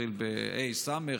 מתחיל ב-ה"א-סמ"ך,